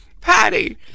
Patty